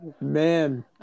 man